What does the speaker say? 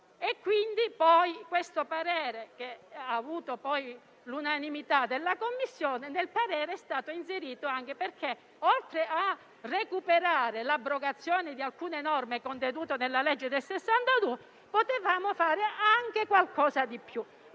In questo parere, che ha avuto poi l'unanimità della Commissione, è stato inserito anche che, oltre a recuperare l'abrogazione di alcune norme contenute nella legge del 1962, potevamo fare qualcosa di più,